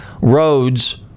roads